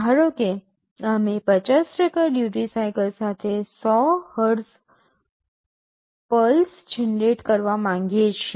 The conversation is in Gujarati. ધારો કે અમે 50 ડ્યૂટિ સાઇકલ સાથે 100 હર્ટ્ઝ પલ્સ જનરેટ કરવા માંગીએ છીએ